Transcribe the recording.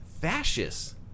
fascists